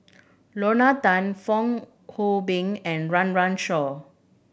Lorna Tan Fong Hoe Beng and Run Run Shaw